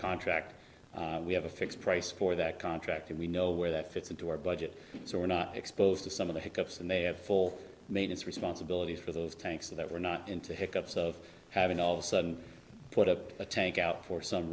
contract we have a fixed price for that contract and we know where that fits into our budget so we're not exposed to some of the hiccups and they have full main its responsibilities for those tanks that were not into hiccups of having all of a sudden put up a tank out